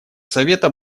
совета